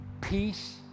peace